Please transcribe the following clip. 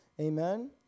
Amen